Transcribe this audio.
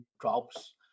drops